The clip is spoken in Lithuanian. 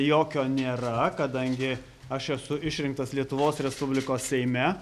jokio nėra kadangi aš esu išrinktas lietuvos respublikos seime